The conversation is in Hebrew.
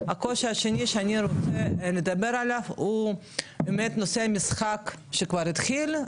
שאני רוצה לדבר עליו הוא נושא המשחק שכבר התחיל,